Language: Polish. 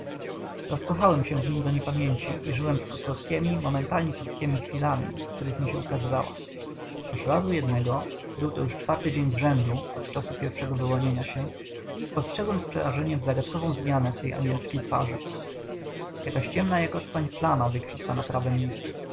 rozkochałem się w nim do niepamięci i żyłem tylko krótkiemi momentalnie krótkiemi chwilami w których mi się ukazywała aż razu jednego był to już czwarty dzień z rzędu od czasu pierwszego wyłonienia się spostrzegłem z przerażeniem zagadkową zmianę w tej anielskiej twarzy jakaś ciemna jak otchłań plama wykwitła